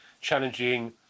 challenging